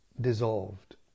dissolved